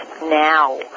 now